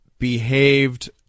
behaved